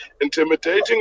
intimidating